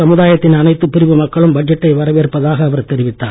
சமுதாயத்தின் அனைத்து பிரிவு மக்களும் பட்ஜெட்டை வரவேற்பதாக அவர் தெரிவித்தார்